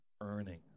earning